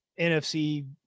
NFC